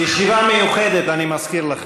זו ישיבה מיוחדת, אני מזכיר לכם.